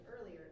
earlier